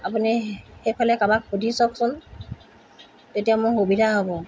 আপুনি সেইফালে কাবাক সুধিও চাওকচোন তেতিয়া মোৰ সুবিধা হ'ব